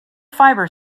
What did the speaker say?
fiber